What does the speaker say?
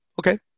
okay